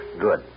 Good